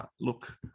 look